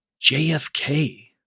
JFK